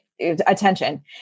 attention